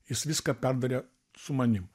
jis viską perdarė su manim